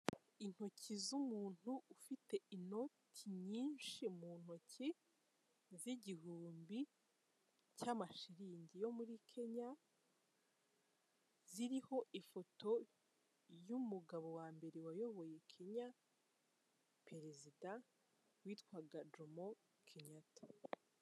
Intoki z'umuntu ufite inoti nyinshi mu ntoki z'igihumbi cy'amashiringi yo muri Kenya, ziriho ifoto y'umugabo wa mbere wayoboye Kenya Perezida witwaga Komo Kenyatta.